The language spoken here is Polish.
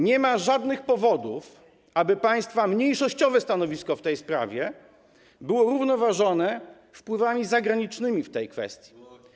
Nie ma żadnych powodów, aby państwa mniejszościowe stanowisko w tej sprawie było równoważone wpływami zagranicznymi w tej kwestii.